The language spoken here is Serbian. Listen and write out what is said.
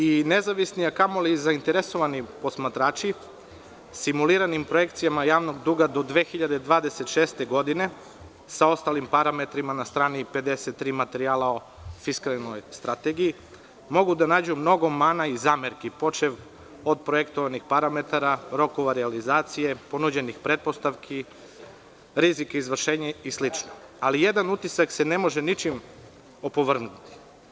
I nezavisni, a kamoli zainteresovani posmatrači, simuliranim projekcijama javnog duga do 2026. godine sa ostalim parametrima na strani 53. materijala o fiskalnoj strategiji, mogu da nađu mnogo mana i zamerki, počev od projektovanih parametara, rokova realizacije, ponuđenih pretpostavki, rizika izvršenja i slično, ali jedan utisak se ne može ničim opovrgnuti.